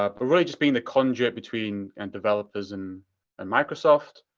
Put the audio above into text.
ah but really just being the conduit between and developers and and microsoft.